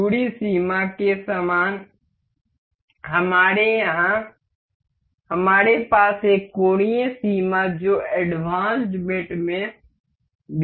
दूरी सीमा के समान हमारे यहां हमारे पास एक कोणीय सीमा है जो एडवांस्ड मेट में भी है